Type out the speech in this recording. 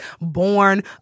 born